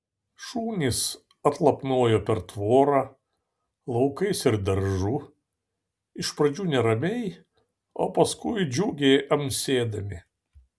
šunys atlapnojo per tvorą laukais ir daržu iš pradžių neramiai o paskui džiugiai amsėdami